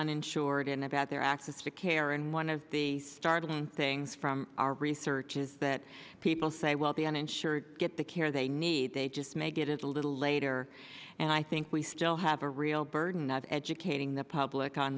uninsured and about their access to care and one of the startling things from our research is that people say well the uninsured get the care they need they just may get it a little later and i think we still have a real burden of educating the public on